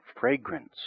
fragrance